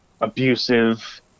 abusive